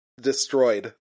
destroyed